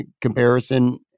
comparison